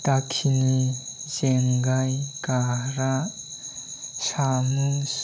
गाखिनि जेंगाइ गाह्रा सामुस